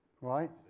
right